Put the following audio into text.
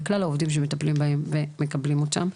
לכלל העובדים שמטפלים בהם ומקבלים אותם.